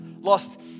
lost